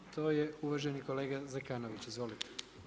To je uvaženi kolega Zekanović, izvolite.